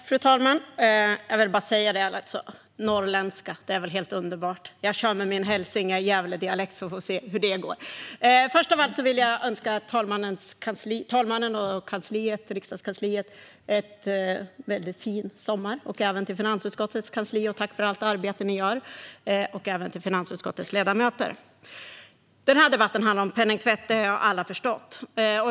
Fru talman! Jag säger bara norrländska! Det är väl helt underbart? Jag kör med min hälsinge och Gävledialekt, så får vi se hur det går. Först av allt vill jag önska talmannen och kansliet en fin sommar. Finansutskottets kansli likaså - tack för allt arbete ni gör! Tack även till finansutskottets ledamöter. Denna debatt handlar om penningtvätt; det har alla förstått.